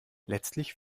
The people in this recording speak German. letztlich